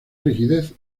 rigidez